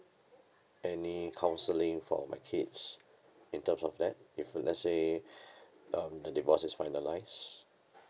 any counselling for my kids in terms of that if let's say um the divorce is finalised